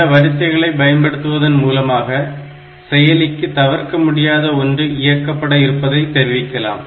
இந்த வரிசைகளை பயன்படுத்துவதன் மூலமாக செயலிக்கு தவிர்க்கமுடியாத ஒன்று இயக்கப்பட இருப்பதை தெரிவிக்கலாம்